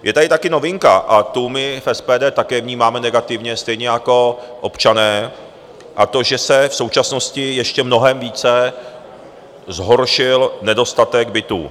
Je tady taky novinka a tu my v SPD také vnímáme negativně stejně jako občané, a to, že se v současnosti ještě mnohem více zhoršil nedostatek bytů.